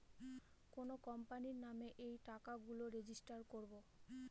কোনো কোম্পানির নামে এই টাকা গুলো রেজিস্টার করবো